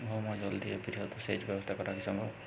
ভৌমজল দিয়ে বৃহৎ সেচ ব্যবস্থা করা কি সম্ভব?